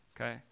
Okay